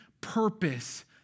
purpose